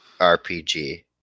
RPG